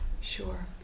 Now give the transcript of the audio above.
sure